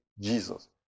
Jesus